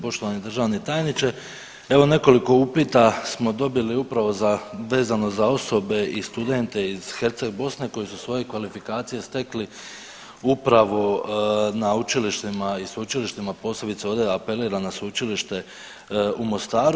Poštovani državni tajniče, evo nekoliko upita smo dobili upravo za, vezano za osobe i studente iz Herceg Bosne koji su svoje kvalifikacije stekli upravo na učilištima i sveučilištima posebice ovdje apeliram na Sveučilište u Mostaru.